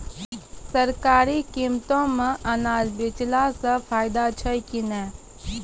सरकारी कीमतों मे अनाज बेचला से फायदा छै कि नैय?